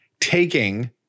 taking